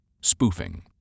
Spoofing